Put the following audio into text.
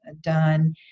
done